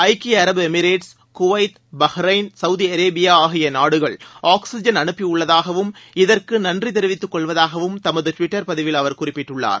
ஐக்கிய அரபு Emirate Kuwait Bahrain Saudi Arabia ஆகிய நாடுகள் ஆக்ஸிஜன் அனுப்பியுள்ளதாகவும் இதற்கு நன்றி தெரிவித்துக் கொள்வதாகவும் தமது டுவிட்டர் பதிவில் அவர் குறிப்பிட்டுள்ளார்